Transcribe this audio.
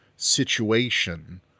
Situation